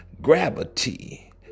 gravity